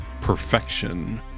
perfection